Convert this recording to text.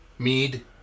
Mead